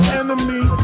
enemy